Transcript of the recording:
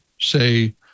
say